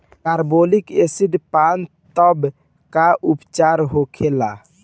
Carbolic acid पान तब का उपचार होखेला?